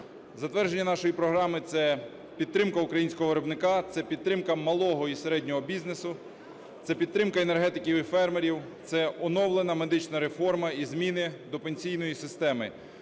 Затвердження нашої програми – це підтримка українського виробника, це підтримка малого і середнього бізнесу, це підтримка енергетики і фермерів, це оновлена медична реформа і зміни до пенсійної системи,